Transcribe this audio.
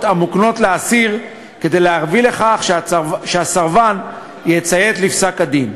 המוקנות לאסיר כדי להביא לכך שהסרבן יציית לפסק-הדין.